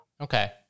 okay